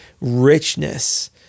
richness